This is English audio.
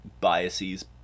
biases